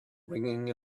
ringing